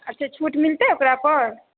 अच्छा छूट मिलतै ओकरापर